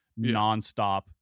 nonstop